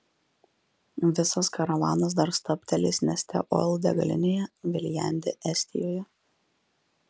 visas karavanas dar stabtelės neste oil degalinėje viljandi estijoje